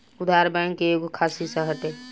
उधार, बैंक के एगो खास हिस्सा हटे